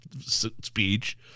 speech